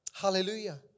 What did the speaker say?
Hallelujah